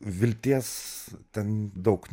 vilties ten daug